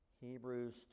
Hebrews